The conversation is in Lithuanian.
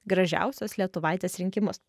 gražiausios lietuvaitės rinkimus